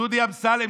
דודי אמסלם,